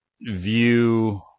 view